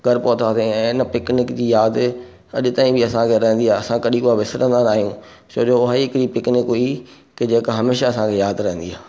घरु पहुतासीं ऐं हिन पिकनिक जी यादि अॼु ताईं बि असांखे रहंदी आहे असां कॾहिं उहो विसरंदा न आहियूं छो जो उहा ई हिकु पिकनिक हुई की जेका हमेशा असांखे यादि रहंदी आहे